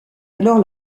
alors